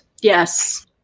yes